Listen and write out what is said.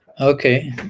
okay